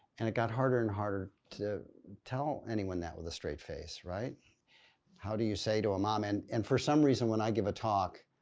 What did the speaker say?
and it got harder and harder to tell anyone that with a straight face. how do you say to a mom and and for some reason when i give a talk,